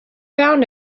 found